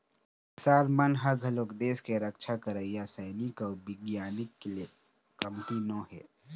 किसान मन ह घलोक देस के रक्छा करइया सइनिक अउ बिग्यानिक ले कमती नो हे